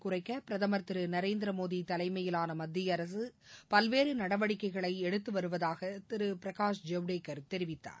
குறைக்க பிரதமர் திரு நரேந்திரமோடி தலைமயிலான மத்திய அரசு பல்வேறு நடவடிக்கைகளை எடுத்துவருவதாக திரு பிரகாஷ் ஜவடேகர் தெரிவித்தார்